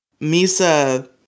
Misa